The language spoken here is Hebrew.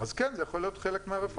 אז כן, זה יכול להיות חלק מהרפורמה.